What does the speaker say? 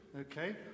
okay